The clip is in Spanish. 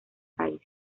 país